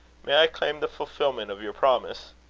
may i claim the fulfilment of your promise?